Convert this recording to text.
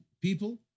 people